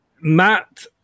Matt